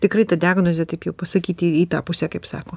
tikrai ta diagnozė taip jau pasakyti į tą pusę kaip sako